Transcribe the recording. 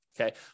Okay